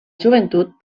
joventut